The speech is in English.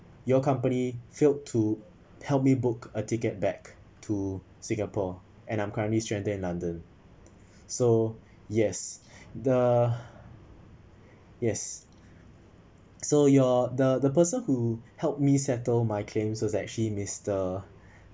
your company failed to help me book a ticket back to singapore and I'm currently stranded in london so yes the yes so your the the person who helped me settle my claims was actually mister